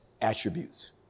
attributes